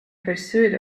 pursuit